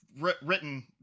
written